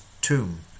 tomb